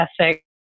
ethic